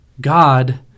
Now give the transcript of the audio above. God